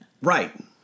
Right